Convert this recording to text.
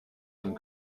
zum